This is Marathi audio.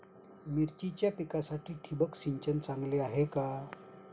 मिरचीच्या पिकासाठी ठिबक सिंचन चांगले आहे का?